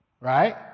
right